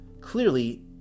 Clearly